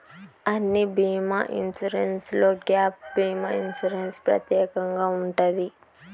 అన్ని బీమా ఇన్సూరెన్స్లో గ్యాప్ భీమా ఇన్సూరెన్స్ ప్రత్యేకంగా ఉంటది